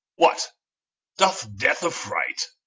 what doth death affright?